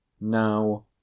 now